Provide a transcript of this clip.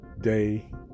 day